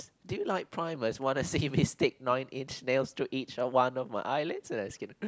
do you like primates wanna see me stick nine inch nails to each of one my eye lids and I skip it